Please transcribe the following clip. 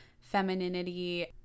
femininity